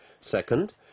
Second